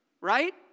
Right